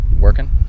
working